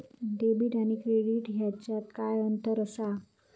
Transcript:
Debit आणि credit ह्याच्यात काय अंतर असा?